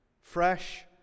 fresh